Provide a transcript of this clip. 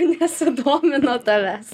nesudomino tavęs